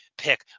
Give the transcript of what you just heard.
pick